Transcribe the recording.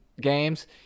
games